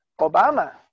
Obama